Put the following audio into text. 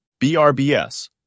BRBS